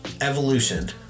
Evolution